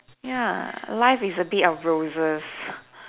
ya life is a bed of roses